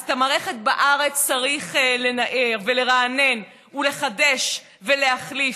את המערכת בארץ צריך לנער ולרענן ולחדש ולהחליף,